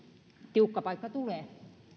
tiukka paikka tulee